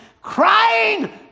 crying